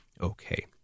okay